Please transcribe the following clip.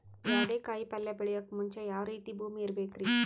ಯಾವುದೇ ಕಾಯಿ ಪಲ್ಯ ಬೆಳೆಯೋಕ್ ಮುಂಚೆ ಯಾವ ರೀತಿ ಭೂಮಿ ಇರಬೇಕ್ರಿ?